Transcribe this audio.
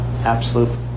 Absolute